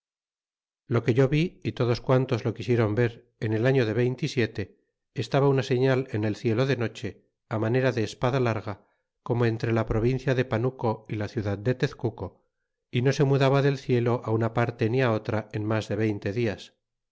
lo que yo vi é todos quantos lo quisiéron ver en el año de veinte y siete estaba una señal en el cielo de noche manera de espada larga como entre la provincia de panuco y la ciudad de tezcuco y no se mudaba del cielo á una parte ni otra en mas de veinte dias